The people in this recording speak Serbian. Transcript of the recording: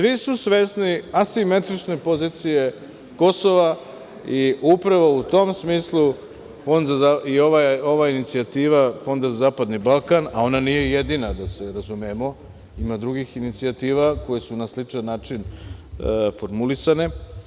Znači, svi su svesni asimetrične pozicije Kosova i upravo u tom smislu i ova inicijativa Fonda za zapadni Balkan, a ona nije jedina, da se razumemo, ima drugih inicijativa koje su na sličan način formulisane.